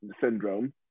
syndrome